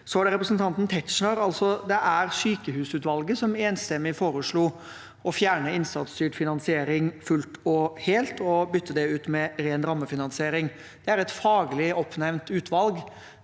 Så var det representanten Tetzschner: Det var sykehusutvalget som enstemmig foreslo å fjerne innsatsstyrt finansiering fullt og helt og bytte det ut med ren rammefinansiering. Det er et faglig oppnevnt utvalg